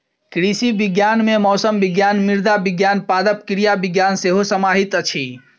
कृषि विज्ञान मे मौसम विज्ञान, मृदा विज्ञान, पादप क्रिया विज्ञान सेहो समाहित अछि